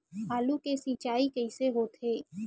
आलू के सिंचाई कइसे होथे?